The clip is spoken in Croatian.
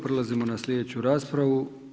Prelazimo na sljedeću raspravu.